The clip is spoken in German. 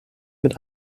mit